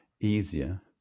easier